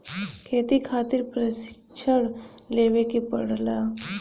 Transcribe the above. खेती खातिर प्रशिक्षण लेवे के पड़ला